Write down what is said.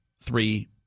three